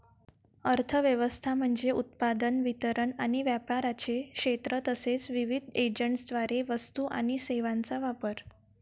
अर्थ व्यवस्था म्हणजे उत्पादन, वितरण आणि व्यापाराचे क्षेत्र तसेच विविध एजंट्सद्वारे वस्तू आणि सेवांचा वापर